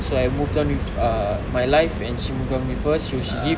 so I move on with uh my life and she move on with hers so she give